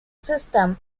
system